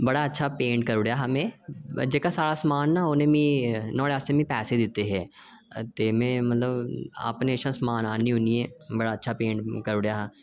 बड़ा अच्छा पेंट करी ओड़ेआ हा में ते जेह्का सारा समान ना ओह् मिगी ओह्दे आस्तै मिगी पैसे दित्ते हे ते में मतलब अपने कशा समान आह्नियै बड़ा अच्छा पेंट करी ओड़ेआ हा